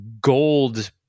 gold